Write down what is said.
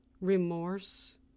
Remorse